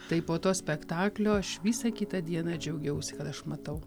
tai po to spektaklio aš visą kitą dieną džiaugiausi kad aš matau